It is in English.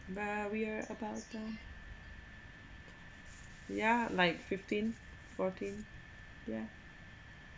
uh we are about them yeah like fifteen fourteen